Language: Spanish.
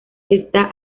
está